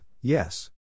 yes